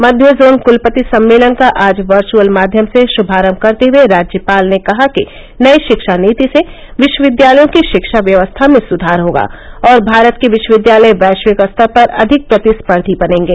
मध्य zone कुलपति सम्मेलन का आज वर्चुअल माध्यम से शुभारंभ करते हुए राज्यपाल ने कहा कि नई शिक्षा नीति से विश्वविद्यालयों की शिक्षा व्यवस्था में सुधार होगा और भारत के विश्वविद्यालय वैश्विक स्तर पर अधिक प्रतिस्पर्द्वी बनेंगे